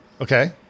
Okay